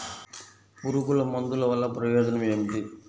పురుగుల మందుల వల్ల ప్రయోజనం ఏమిటీ?